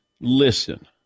listen